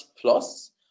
plus